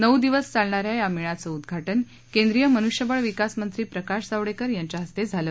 नऊ दिवस चालणा या या मेळ्याचं उद्वाउि केंद्रीय मनुष्यबळ विकास मंत्री प्रकाश जावडेकर यांच्या हस्ते झालं